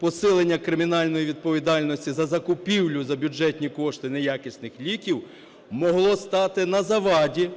посилення кримінальної відповідальності за закупівлю за бюджетні кошти неякісних ліків могло стати на заваді,